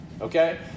okay